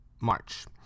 March